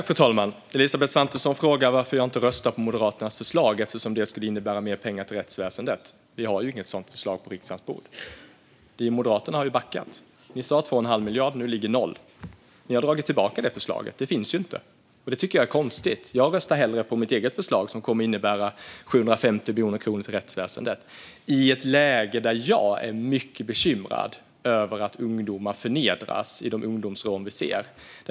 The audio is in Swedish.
Fru talman! Elisabeth Svantesson frågar varför jag inte röstar på Moderaternas förslag, eftersom det skulle innebära mer pengar till rättsväsendet. Vi har dock inget sådant förslag på riksdagens bord - Moderaterna har ju backat. Ni sa 2 1⁄2 miljard, Elisabeth Svantesson, och nu ligger det noll. Ni har dragit tillbaka det förslaget, så det finns inte. Jag tycker att det är konstigt. Jag röstar hellre på mitt eget förslag, som kommer att innebära 750 miljoner kronor till rättsväsendet i ett läge där jag är mycket bekymrad över att ungdomar förnedras i de ungdomsrån vi ser.